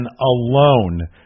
alone